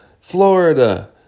Florida